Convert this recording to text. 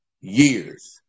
years